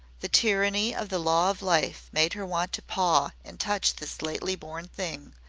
the tyranny of the law of life made her want to paw and touch this lately born thing,